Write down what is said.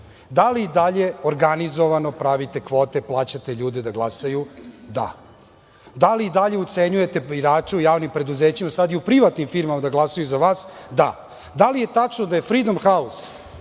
Da li i dalje organizovano pravite kvote, plaćate ljude da glasaju? Da. Da li i dalje ucenjujete birače u javnim preduzećima sada i u privatnim firmama da glasaju za vas? Da. Da li je tačno da je Freedom House,